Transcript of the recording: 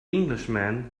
englishman